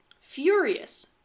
Furious